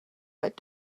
but